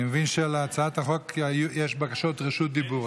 אני מבין שלהצעת החוק יש בקשות לרשות הדיבור.